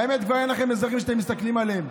האמת היא שכבר אין לכם אזרחים שאתם מסתכלים עליהם.